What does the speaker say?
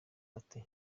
bati